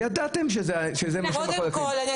קודם כול,